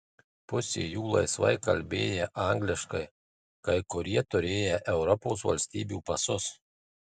pusė jų laisvai kalbėję angliškai kai kurie turėję europos valstybių pasus